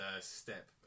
step